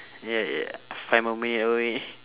ya ya five more minute away